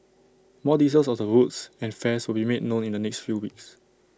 more details of the route and fares will be made known in the next few weeks